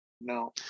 no